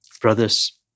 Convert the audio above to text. Brothers